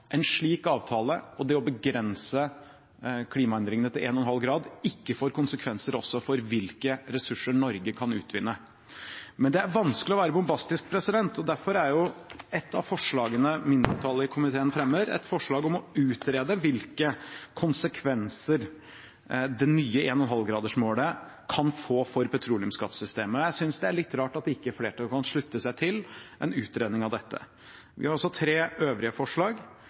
en slik avtale og det å begrense klimaendringene til 1,5 grader ikke får konsekvenser også for hvilke ressurser Norge kan utvinne. Men det er vanskelig å være bombastisk, og derfor er et av forslagene mindretallet i komiteen fremmer, et forslag om å utrede hvilke konsekvenser det nye 1,5-gradersmålet kan få for petroleumsskattesystemet. Jeg synes det er litt rart at ikke flertallet kan slutte seg til en utredning av dette. Vi har også tre øvrige forslag.